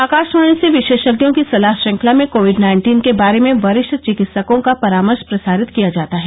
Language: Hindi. आकाशवाणी से विशेषज्ञों की सलाह श्रृंखला में कोविड नाइन्टीन के बारे में वरिष्ठ चिकित्सकों का परामर्श प्रसारित किया जाता है